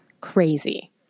crazy